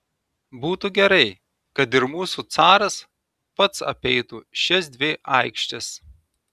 būtų gerai kad ir mūsų caras pats apeitų šias dvi aikštes